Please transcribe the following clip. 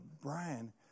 Brian